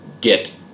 get